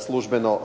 službeno